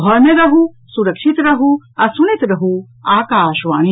घर मे रहू सुरक्षित रहू आ सुनैत रहू आकाशवाणी